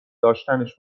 داشتنش